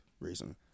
Reason